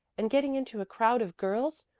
and getting into a crowd of girls,